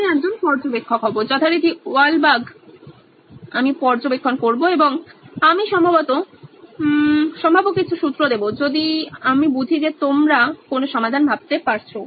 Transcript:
আমি একজন পর্যবেক্ষক হবো যথারীতি ওয়াল বাগ এবং আমি পর্যবেক্ষণ করব এবং আমি সম্ভাব্য কয়েকটি সূত্র দেব যদি আমি বুঝি যে তোমরা কোনো সমাধান ভাবতে পারছো